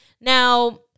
now